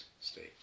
state